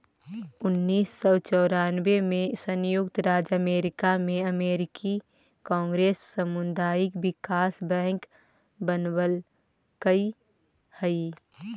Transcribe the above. उन्नीस सौ चौरानबे में संयुक्त राज्य अमेरिका में अमेरिकी कांग्रेस सामुदायिक विकास बैंक बनवलकइ हई